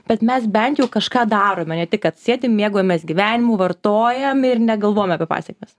bet mes bent jau kažką darome ne tai kad sėdim mėgaujamės gyvenimu vartojam ir negalvojam apie pasekmes